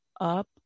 up